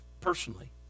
personally